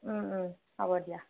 হ'ব দিয়া